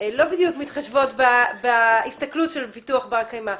לא בדיוק מתחשבות בהסתכלות של פיתוח בר קיימא.